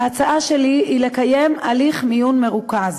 ההצעה שלי היא לקיים הליך מיון מרוכז,